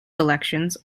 elections